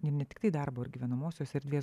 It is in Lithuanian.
ir ne tiktai darbo ir gyvenamosios erdvės